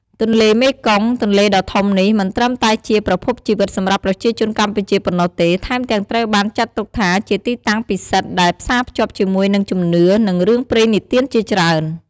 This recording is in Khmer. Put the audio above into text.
ទន្លេមេគង្គ ទន្លេដ៏ធំនេះ មិនត្រឹមតែជាប្រភពជីវិតសម្រាប់ប្រជាជនកម្ពុជាប៉ុណ្ណោះទេ ថែមទាំងត្រូវបានចាត់ទុកថាជាទីតាំងពិសិដ្ឋ ដែលផ្សារភ្ជាប់ជាមួយនឹងជំនឿ និងរឿងព្រេងនិទានជាច្រើន។